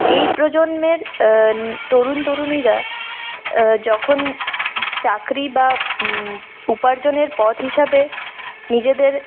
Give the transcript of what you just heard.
এই প্রজন্মের তরুণ তরুণীরা যখন চাকরি বা উপার্জনের পথ হিসাবে নিজেদের